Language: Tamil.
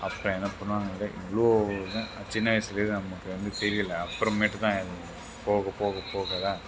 அப்புறம் என்ன பண்ணுவாங்கனு கேட்டால் இவ்வளோ இதுவும் நான் சின்ன வயசிலே நமக்கு வந்து தெரியலை அப்புறமேட்டு தான் போக போக போக தான்